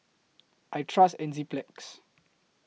I Trust Enzyplex